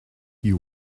you